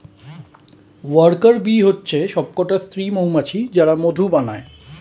worker bee হচ্ছে সবকটা স্ত্রী মৌমাছি যারা মধু বানায়